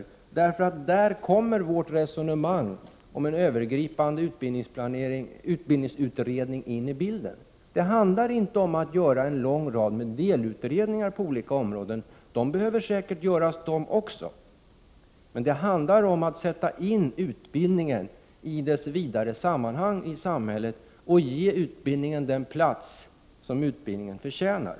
I detta sammanhang kommer vårt resonemang om en övergripande utbildningsutredning in i bilden. Det handlar inte om att man skall göra en lång rad delutredningar på olika områden, även om det säkert också behöver göras. Det handlar i stället om att sätta in utbildningen i sitt vidare sammanhang i samhället och ge utbildningen den plats som den förtjänar.